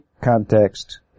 context